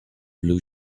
blue